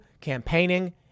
campaigning